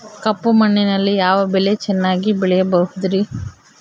ಕಪ್ಪು ಮಣ್ಣಿನಲ್ಲಿ ಯಾವ ಬೆಳೆ ಚೆನ್ನಾಗಿ ಬೆಳೆಯಬಹುದ್ರಿ?